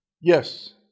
Yes